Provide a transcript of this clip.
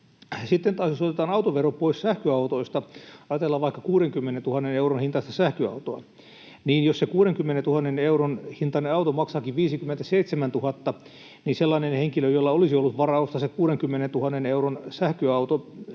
Sitten taas jos otetaan autovero pois sähköautoilta — ajatellaan vaikka 60 000 euron hintaista sähköautoa — niin jos se 60 000 euron hintainen auto maksaakin 57 000, niin ostaako sellainen henkilö, jolla olisi ollut varaa ostaa se 60 000 euron sähköauto,